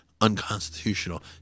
unconstitutional